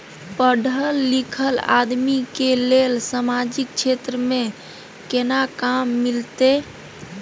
पढल लीखल आदमी के लेल सामाजिक क्षेत्र में केना काम मिलते?